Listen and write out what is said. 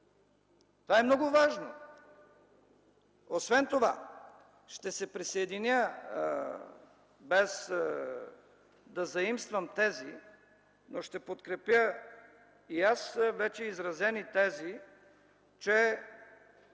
Това е много важно! Освен това, ще се присъединя, без да заимствам тези, но ще подкрепя и аз вече изразени тези, че